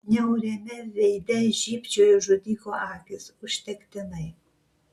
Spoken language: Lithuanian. niauriame veide žybčiojo žudiko akys užtektinai